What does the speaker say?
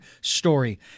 story